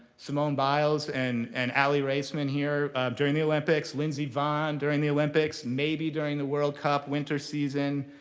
simone biles and and ali raisman here during the olympics. lindsey vonn during the olympics, maybe during the world cup winter season.